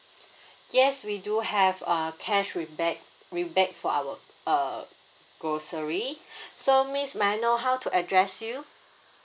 yes we do have uh cash rebate rebate for our uh grocery so miss may I know how to address you